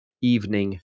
evening